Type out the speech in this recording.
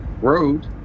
Road